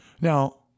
now